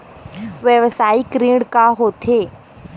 व्यवसायिक ऋण का होथे?